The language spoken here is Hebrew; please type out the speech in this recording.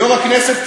יו"ר הכנסת,